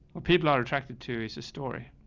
well, people are attracted to is a story.